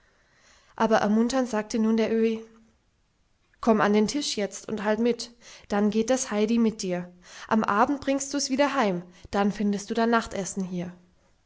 aber ermunternd sagte nun der öhi komm an den tisch jetzt und halt mit dann geht das heidi mit dir am abend bringst du's wieder heim dann findest du dein nachtessen hier